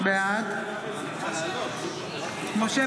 בעד משה